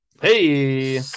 Hey